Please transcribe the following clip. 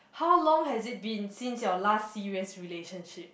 how long has it been since your last serious relationship